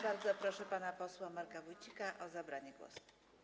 Bardzo proszę pana posła Marka Wójcika o zabranie głosu.